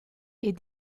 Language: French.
est